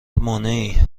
مانعی